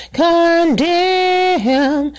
condemn